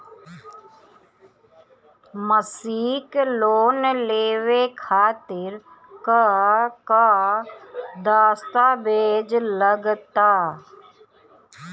मसीक लोन लेवे खातिर का का दास्तावेज लग ता?